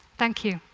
thank you.